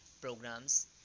programs